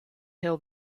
hill